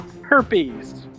Herpes